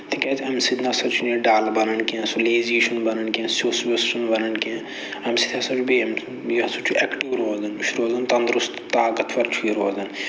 تِکیازِ اَمہِ سۭتۍ نہ سا چھُنہٕ یہِ ڈَل بَنان کیٚنہہ سُہ لیزی چھُنہٕ بَنان کیٚنہہ سیوٚس ویٚوس چھُنہٕ بَنان کینٛہہ اَمہِ سۭتۍ ہسا چھُ بیٚیہِ یہِ ہسا چھُ اٮ۪کٹِو روزان یہِ چھِ روزان تَندرُست طاقتور چھُ یہِ روزان